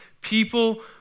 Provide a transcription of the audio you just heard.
people